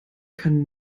kann